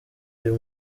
uyu